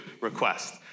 request